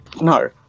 No